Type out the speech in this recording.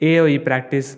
एह् होई प्रैक्टिस